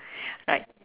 like